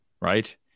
right